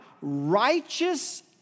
righteous